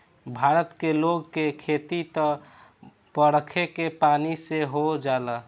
भारत के लोग के खेती त बरखे के पानी से हो जाला